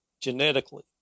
genetically